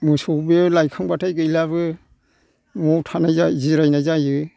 मोसौ बे लायखांबाथाय गैलाबो न'आव थानाय जिरायनाय जायो